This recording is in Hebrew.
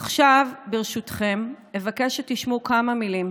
עכשיו, ברשותכם, אבקש שתשמעו כמה מילים